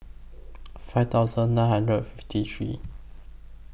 five thousand nine hundred fifty three